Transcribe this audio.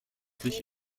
sich